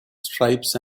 stripes